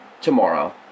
tomorrow